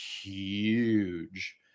huge